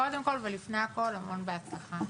קודם כול ולפני הכול, הרבה בהצלחה.